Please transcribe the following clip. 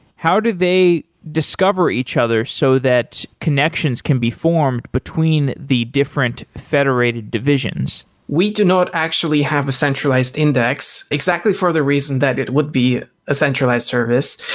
how do they discover each other so that connections can be formed between the different federated divisions? we do not actually have a centralized index exactly for the reason that it would be a centralized service.